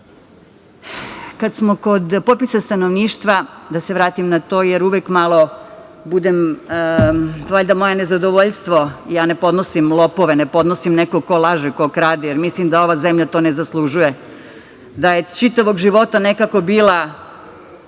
smo kod popisa stanovništva, da se vratim na to, jer uvek malo budem… valjda moje nezadovoljstvo jer ne podnosim lopove, ne podnosim nekog ko laže, ko krade, jer mislim da ova zemlja to ne zaslužuje, da je čitavog života nekako bila